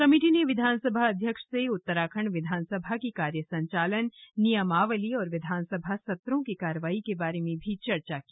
committee ने विधानसभा अध्यक्ष से उत्तराखंड विधानसभा कि कार्य संचालन नियमावली और विधानसभा सत्रों की कार्यवाही के बारे में भी चर्चा की